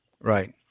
Right